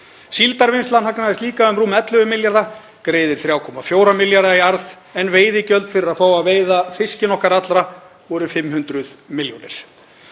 Síldarvinnslan hagnaðist líka um rúma 11 milljarða, greiðir 3,4 milljarða í arð en veiðigjöld fyrir að fá að veiða fiskinn okkar allra voru 500 milljónir.